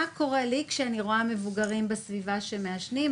מה קורה לי שאני רואה מבוגרים בסביבה שמעשנים,